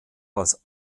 als